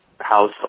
house